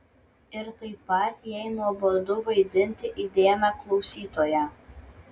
ir taip pat jai nuobodu vaidinti įdėmią klausytoją